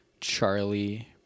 Charlie